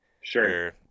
Sure